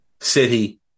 City